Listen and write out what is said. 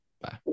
Bye